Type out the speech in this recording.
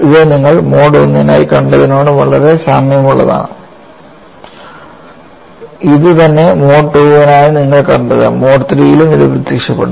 ഇത് നിങ്ങൾ mode I നായി കണ്ടതിനോട് വളരെ സാമ്യമുള്ളതാണ് ഇത് തന്നെ മോഡ് II ന് നിങ്ങൾ കണ്ടത് മോഡ് III ലും ഇത് പ്രത്യക്ഷപ്പെടുന്നു